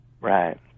Right